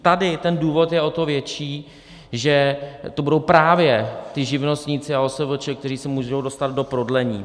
Tady ten důvod je o to větší, že to budou právě ti živnostníci a OSVČ, kteří se můžou dostat do prodlení.